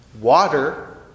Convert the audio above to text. water